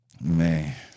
Man